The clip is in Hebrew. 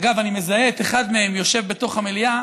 אגב, אני מזהה את אחד מהם, יושב בתוך המליאה.